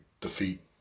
defeat